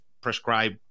prescribe